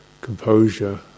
composure